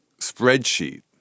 spreadsheet